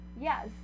Yes